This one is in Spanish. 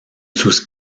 sus